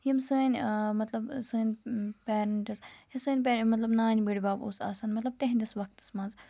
یِم سٲنۍ مطلب سٲنۍ پیٚرَنٹٕس یِم سٲنۍ مطلب نانۍ بٕڑۍ بَب اوس آسان مطلب تِہندِس وقتَس مَنٛز